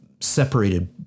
separated